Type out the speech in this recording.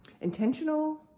intentional